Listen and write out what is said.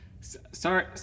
Sorry